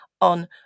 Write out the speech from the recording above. on